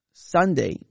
Sunday